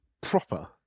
proper